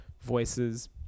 voices